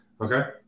Okay